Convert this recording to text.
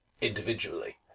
individually